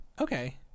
Okay